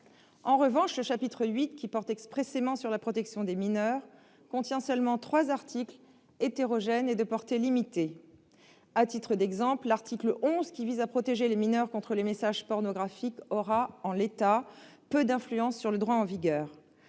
En revanche, le chapitre VIII, qui porte expressément sur la protection des mineurs, contient seulement trois articles, hétérogènes et de portée limitée. À titre d'exemple, l'article 11, qui vise à protéger les mineurs contre les messages pornographiques, aura, en l'état, peu d'influence sur le droit en vigueur.